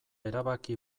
erabaki